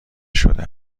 شده